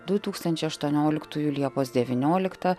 du tūkstančiai aštuonioliktųjų liepos devynioliktą